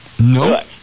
No